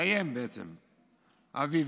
מסיים בעצם אבי,